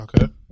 Okay